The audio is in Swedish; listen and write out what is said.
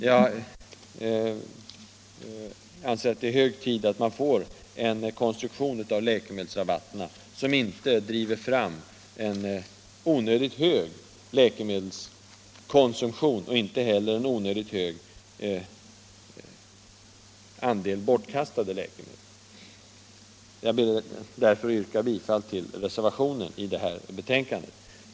Jag anser att det är hög tid att vi får en konstruktion av läkemedelsrabatten som inte driver fram en onödigt hög läkemedelskonsumtion och inte heller en onödigt hög andel bortkastade läkemedel. Jag ber därför att få yrka bifall till den reservation som är fogad vid socialutskottets betänkande nr 7.